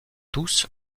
tous